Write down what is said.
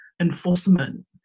enforcement